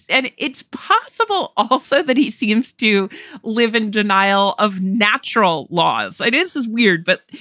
and it's possible also that he seems to live in denial of natural laws. it is weird. but,